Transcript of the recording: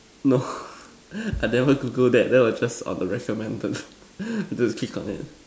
no I never Google that that was just on the recommended dude click on it